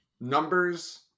numbers